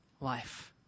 life